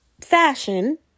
Fashion